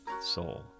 soul